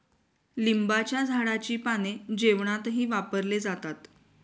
लिंबाच्या झाडाची पाने जेवणातही वापरले जातात